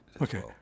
Okay